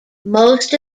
most